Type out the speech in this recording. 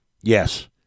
yes